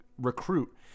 recruit